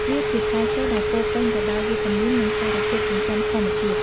វាជាផ្លែឈើដែលពោរពេញទៅដោយវីតាមីននិងសារធាតុចិញ្ចឹមធម្មជាតិ។